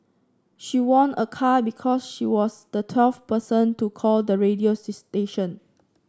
she won a car because she was the twelfth person to call the radio station